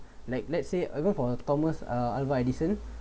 like let's say even for thomas uh alva edison